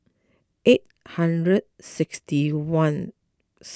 eight hundred sixty one